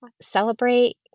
celebrate